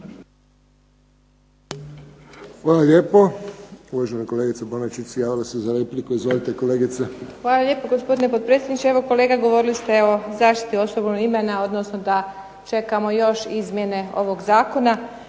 Hvala lijepo. Uvažena kolegica Bonačić javila se za repliku. Izvolite kolegice. **Šimac Bonačić, Tatjana (SDP)** Hvala lijepo gospodine potpredsjedniče. Kolega govorili ste o zaštiti osobnog imena odnosno da čekamo još izmjene ovog zakona.